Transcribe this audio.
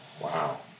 Wow